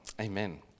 Amen